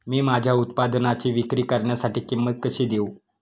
मी माझ्या उत्पादनाची विक्री करण्यासाठी किंमत कशी देऊ?